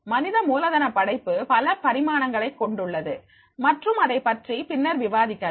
மனித மூலதன படைப்பு பல பரிமாணங்கள் கொண்டுள்ளது மற்றும் அதைப் பற்றி பின்னர் விவாதிக்கலாம்